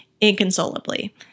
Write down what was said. inconsolably